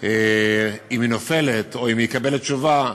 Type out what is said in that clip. אם היא נופלת או אם היא מקבלת תשובה,